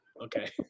Okay